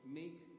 make